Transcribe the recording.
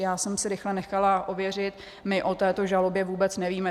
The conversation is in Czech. Já jsem si rychle nechala ověřit, my o této žalobě vůbec nevíme.